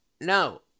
no